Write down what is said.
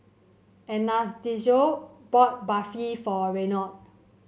Anastacio bought Barfi for Reynold